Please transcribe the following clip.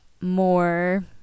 more